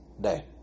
day